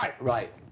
Right